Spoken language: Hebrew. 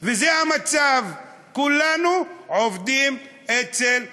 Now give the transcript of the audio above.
וזה המצב, כולנו עובדים אצל העניבות.